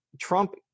Trump